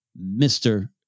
Mr